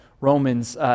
Romans